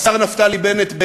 השר נפתלי בנט,